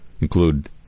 include